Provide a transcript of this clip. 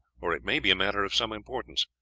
or it may be a matter of some importance.